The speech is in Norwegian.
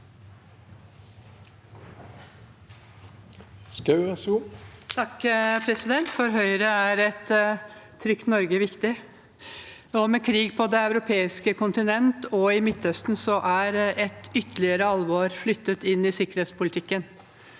Schie Schou (H) For Høyre er et trygt Norge viktig. Med krig på det europeiske kontinent og i Midtøsten er et ytterligere alvor flyttet inn i sikkerhetspolitikken.